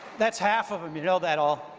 that's half of em. you know that all.